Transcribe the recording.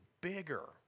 bigger